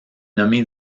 nommée